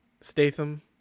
Statham